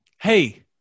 Hey